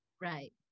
right